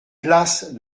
place